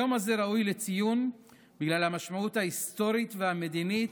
היום הזה ראוי לציון בגלל המשמעות ההיסטורית והמדינית